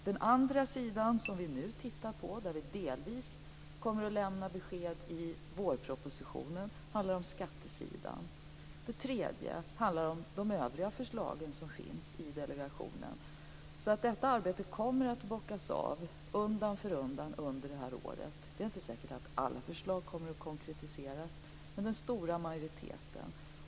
Den andra sidan som vi nu tittar på, där vi delvis kommer att lämna besked i vårpropositionen, handlar om skattesidan. Den tredje sidan handlar om de övriga förslagen som finns i delegationen. Så detta arbete kommer att bockas av undan för undan under det här året. Det är inte säkert att alla förslag kommer att konkretiseras, men den stora majoriteten kommer att konkretiseras.